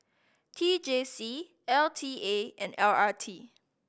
T J C L T A and L R T